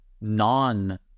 non